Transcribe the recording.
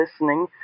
listening